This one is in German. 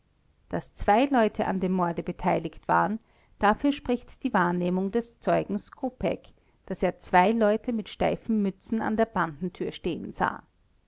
daß zwei leute an dem morde beteiligt waren dafür spricht die wahrnehmung des zeugen skopeck daß er zwei leute mit steifen mützen an der bandentür stehen sah